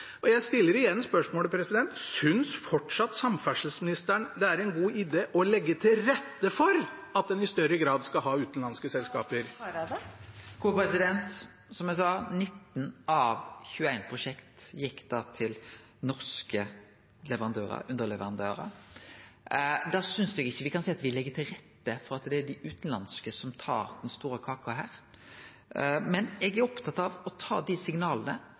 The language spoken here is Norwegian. stiller igjen spørsmålet: Synes fortsatt samferdselsministeren det er en god idé å legge til rette for at en i større grad skal ha utenlandske selskaper? Som eg sa, gjekk 19 av 21 prosjekt til norske leverandørar, underleverandørar. Da synest eg ikkje me kan seie at me legg til rette for at det er dei utanlandske som tar den store kaka her. Men eg er opptatt av å ta signala